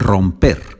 Romper